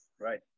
Right